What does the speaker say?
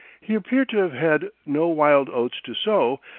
he appeared to have had no wild oats to sow,